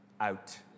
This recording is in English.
out